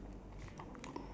then the roof is